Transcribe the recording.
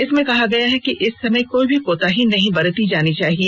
इसमें कहा गया है कि इस समय कोई भी कोताही नहीं बरती जानी चाहिए